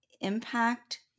impact